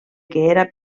era